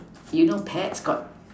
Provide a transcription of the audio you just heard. you know pets got